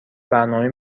برنامهای